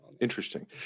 interesting